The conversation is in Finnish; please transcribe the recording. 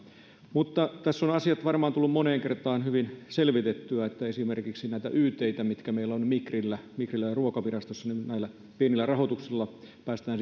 tässä on asiat varmaan tullut moneen kertaan hyvin selvitettyä esimerkiksi nämä ytt mitkä meillä on migrillä migrillä ja ruokavirastossa niin näillä pienillä rahoituksilla päästään